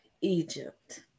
Egypt